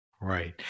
Right